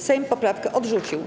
Sejm poprawkę odrzucił.